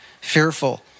fearful